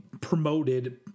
promoted